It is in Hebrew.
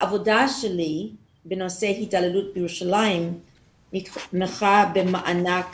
העבודה שלי בנושא התעללות בירושלים נתמכה במענק